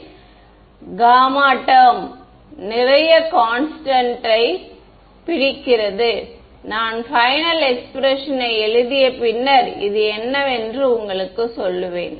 எனவே என்ற gamma term நிறைய கான்ஸ்டன்ட் யை பிடிக்கிறது நான் பைனல் எக்ஸ்பிரஷன் யை எழுதிய பின்னர் இது என்னவென்று உங்களுக்குச் சொல்வேன்